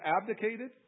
abdicated